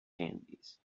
candies